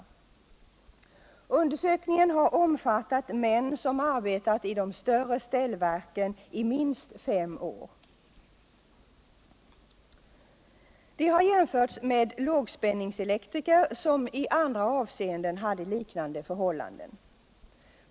Undersökningen har omfattat män som arbetat i de stora ställverken i minst fem år. De har jämförts med lågspänningselektriker som i andra avseenden hade liknande förhållanden.